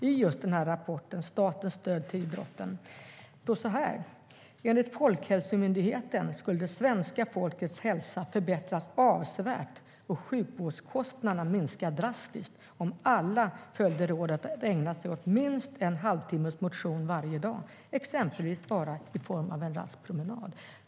I rapporten Statens stöd till idrotten står det så här: "Enligt Statens folkhälsoinstitut skulle det svenska folkets hälsa förbättras avsevärt om alla följde rådet att ägna sig åt minst en halvtimmes motion varje dag, exempelvis i form av en rask promenad."